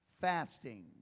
fasting